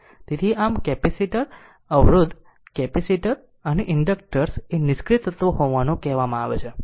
તેથી આમ કેપેસિટર અવરોધ કેપેસિટર અને ઇન્ડક્ટર્સ એ નિષ્ક્રિય તત્વ હોવાનું કહેવામાં આવે છે